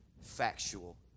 factual